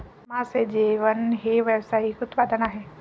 मासे जेवण हे व्यावसायिक उत्पादन आहे